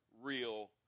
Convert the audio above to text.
real